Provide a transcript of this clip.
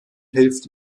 hilft